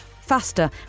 faster